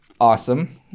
awesome